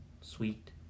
sweet